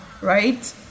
right